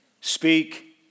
speak